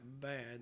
bad